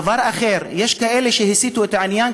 דבר אחר: יש כאלה שהסיטו את העניין,